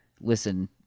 listen